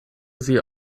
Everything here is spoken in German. sie